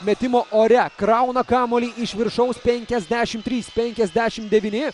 metimo ore krauna kamuolį iš viršaus penkiasdešim trys penkiasdešim devyni